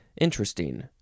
interesting